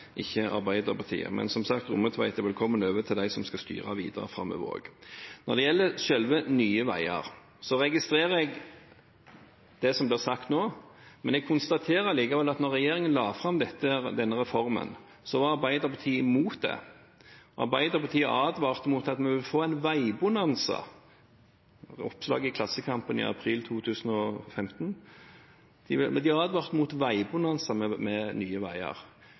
ikke Arbeiderpartiet. Men som sagt: Rommetveit er velkommen over til dem som også skal styre videre framover. Når det gjelder selve Nye Veier, registrerer jeg det som blir sagt nå, men jeg konstaterer likevel at da regjeringen la fram denne reformen, var Arbeiderpartiet imot. Arbeiderpartiet advarte om at vi ville få en «vei-bonanza» med Nye Veier. Det var et oppslag i Klassekampen i april 2015.